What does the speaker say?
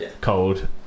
cold